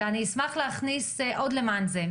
אני אשמח להכניס עוד למען זה.